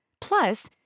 Plus